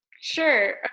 Sure